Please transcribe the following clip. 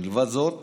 מלבד זאת,